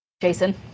Jason